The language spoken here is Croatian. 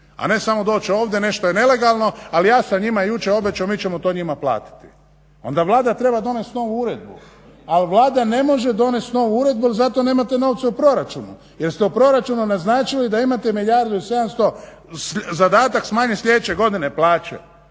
a ne samo doć ovde, nešto je nelegalno, ali ja sam njima jučer obećao mi ćemo to njima platiti. Onda Vlada treba donest novu uredbu. Ali Vlada ne može donest novu uredbu jer za to nemate novce u proračunu, jer ste u proračunu naznačili da imate milijardu i 700 zadatak smanjit slijedeće godine plaće.